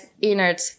inert